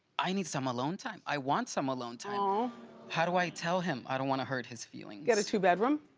i need some alone time, i want some alone time! um how do i tell him, i don't want to hurt his feelings? get a two-bedroom,